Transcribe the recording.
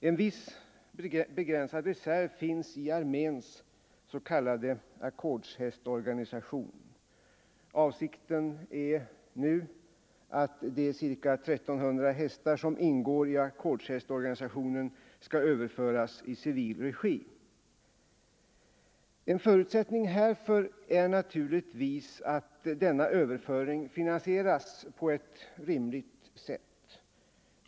En viss begränsad reserv finns i arméns s.k. ackordshästorganisation. Avsikten är nu att de ca 1 300 hästar som ingår i ackordshästorganisationen skall överföras i civil regi. En förutsättning härför är naturligtvis att denna överföring finansieras på ett rimligt sätt.